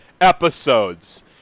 episodes